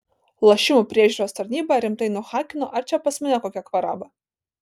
lošimų priežiūros tarnybą rimtai nuhakino ar čia pas mane kokia kvaraba